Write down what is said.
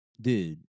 Dude